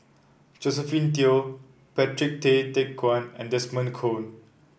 Josephine Teo Patrick Tay Teck Guan and Desmond Kon